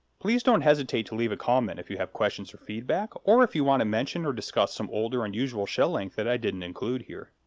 please don't hesitate to leave a comment if you have questions or feedback, or if you want to mention or discuss some old or unusual shell length that i didn't include here.